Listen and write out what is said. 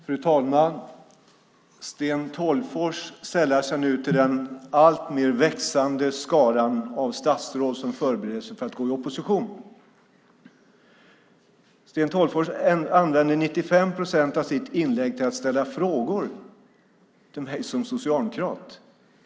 Fru talman! Sten Tolgfors sällar sig nu till den växande skara statsråd som förbereder sig för att gå i opposition. Sten Tolgfors använder 95 procent av sitt inlägg till att ställa frågor till mig som socialdemokrat.